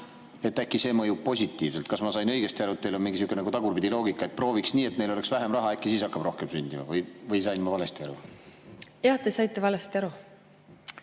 äkki see mõjub positiivselt. Kas ma sain õigesti aru, et teil on mingisugune tagurpidi loogika: et prooviks nii, et meil oleks vähem raha, äkki siis hakkab rohkem lapsi sündima? Või sain ma valesti aru? Jah, te saite valesti aru.